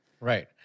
Right